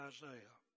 Isaiah